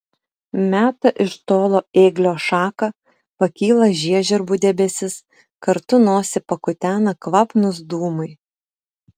meta iš tolo ėglio šaką pakyla žiežirbų debesis kartu nosį pakutena kvapnūs dūmai